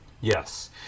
Yes